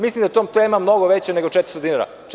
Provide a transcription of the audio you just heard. Mislim da je to tema mnogo veća nego 400 dinara.